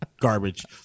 garbage